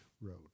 road